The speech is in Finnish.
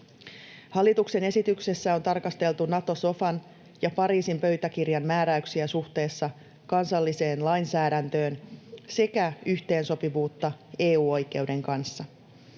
Hallituksen esityksessä on tarkasteltu Nato-sofan ja Pariisin pöytäkirjan määräyksiä suhteessa kansalliseen lainsäädäntöön sekä yhteensopivuutta EU-oikeuden kanssa.